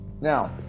now